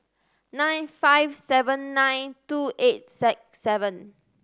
nine five seven nine two eight six seven